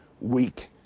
week